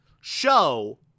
show